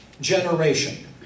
generation